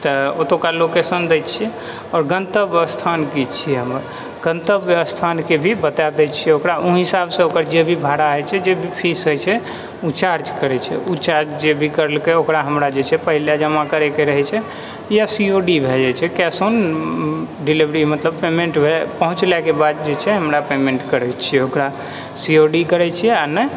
तऽ ओतुका लोकेशन दैय छियै आओर गन्तव्य स्थान कि छी हमर गन्तव्य स्थानके भी बताए दै छियै ओकरा ओहि हिसाबसँ ओकर जे भी भाड़ा होइछै जे भी फीस होइ छै ओ चार्ज करै छै ओ चार्ज जे भी करलके ओकरा हमरा जे छै पहिले जमा करै के रहै छै या सीओडी भए जाइछै कैश ओन डिलिवरी मतलब पेमेन्ट पहुँचलाहके बाद जे छै हमरा पेमेन्ट करै छियै ओकरा सीओडी करै छियै आ नहि